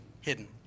hidden